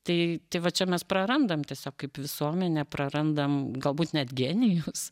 tai tai va čia mes prarandam tiesiog kaip visuomenė prarandam galbūt net genijus